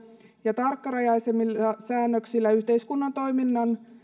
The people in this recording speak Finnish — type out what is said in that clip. ja tarkkarajaisemmilla säännöksillä yhteiskunnan toiminnan